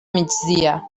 migdia